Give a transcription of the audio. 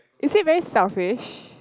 is he very selfish